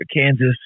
Kansas